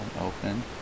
open